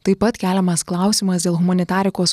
taip pat keliamas klausimas dėl humanitarikos